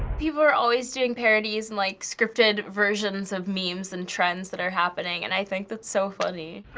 people are always doing parodies and like scripted versions of memes and trends that are happening, and i think that's so funny.